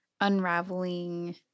unraveling